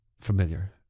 familiar